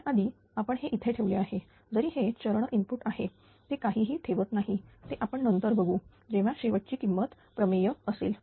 करण्याआधी आपण हे इथे ठेवले आहे जरी हे चरण इनपुट आहे ते काहीही ठेवत नाही ते आपण नंतर बघू जेव्हा शेवटची किंमत प्रमेय येईल